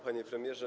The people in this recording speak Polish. Panie Premierze!